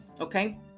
okay